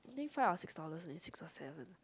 I think five or six dollars and six or seven